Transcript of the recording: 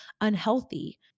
unhealthy